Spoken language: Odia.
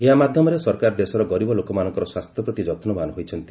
ଏହା ମାଧ୍ୟମରେ ସରକାର ଦେଶର ଗରିବ ଲୋକମାନଙ୍କର ସ୍ୱାସ୍ଥ୍ୟ ପ୍ରତି ଯତ୍ନବାନ ହୋଇଛନ୍ତି